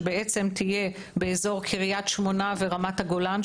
שבעצם תהיה באזור קריית שמונה ורמת הגולן.